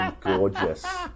gorgeous